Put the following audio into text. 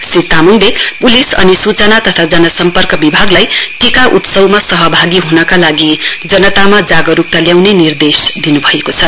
श्री तामाङले प्लिस सूचना तथा जनसम्पर्क विभागलाई टीका उत्सवमा सहभागी हुनका लागि जनतामा जागरूकता ल्याउने निर्देश दिन्भएको छ